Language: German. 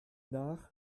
nach